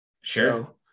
Sure